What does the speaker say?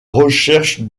recherche